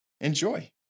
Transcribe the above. Enjoy